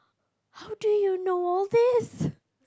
how do you know all these